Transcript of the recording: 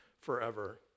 forever